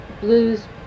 blues